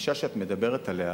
שהגישה שאת מדברת עליה,